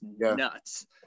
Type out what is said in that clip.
nuts